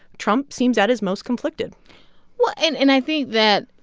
trump seems at his most conflicted well, and and i think that,